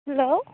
hello